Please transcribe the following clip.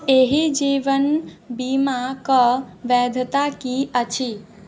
एहि जीवन बीमाके वैधता की अछि